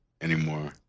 anymore